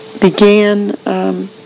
Began